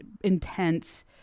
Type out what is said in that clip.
intense